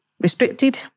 restricted